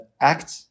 Act